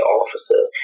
officer